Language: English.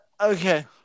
okay